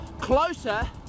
closer